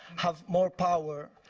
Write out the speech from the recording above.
have more power?